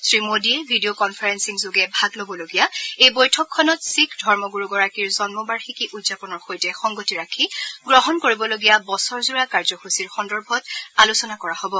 শ্ৰীমোদীয়ে video conferencing যোগে ভাগ লবলগীয়া এই বৈঠকখনত শিখ ধৰ্মগুৰুগৰাকীৰ জন্মবাৰ্ষিকী উদযাপনৰ সৈতে সংগতি ৰাখি গ্ৰহণ কৰিবলগীয়া বছৰজোৰা কাৰ্যসুচীৰ সন্দৰ্ভত আলোচনা কৰা হব